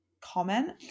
comment